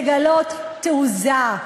הדרך היחידה להתמודד עם המצב היום זה לגלות תעוזה,